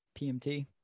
PMT